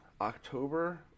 October